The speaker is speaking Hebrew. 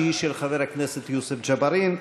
שהיא של חבר הכנסת יוסף ג'בארין.